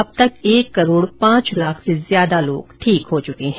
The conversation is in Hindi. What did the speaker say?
अब तक एक करोड़ पांच लाख से ज्यादा लोग ठीक हो चुके हैं